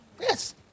Yes